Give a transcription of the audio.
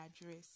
address